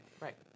Right